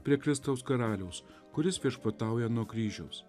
prie kristaus karaliaus kuris viešpatauja nuo kryžiaus